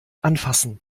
anfassen